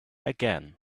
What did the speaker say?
again